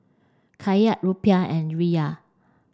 Kyat Rupiah and Riyal